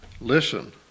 listen